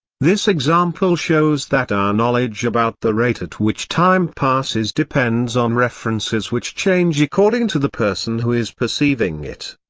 this example shows that our knowledge about the rate at which time passes depends on references which change according to the person who is perceiving it.